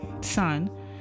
son